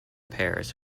pairs